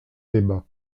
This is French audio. débat